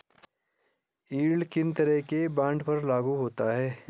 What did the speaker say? Yield किन तरह के बॉन्ड पर लागू होता है?